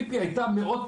ציפי הייתה מאוד פעילה,